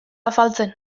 azaltzen